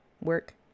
work